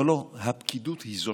לא, לא, הפקידות היא שמחליטה.